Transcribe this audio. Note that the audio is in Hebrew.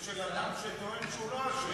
יש בעיה ספציפית, של אדם שטוען שהוא לא אשם,